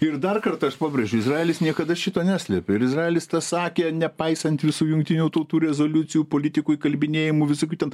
ir dar kartą aš pabrėžiu izraelis niekada šito neslėpė ir izraelis sakė nepaisant visų jungtinių tautų rezoliucijų politikų įkalbinėjimų visokių ten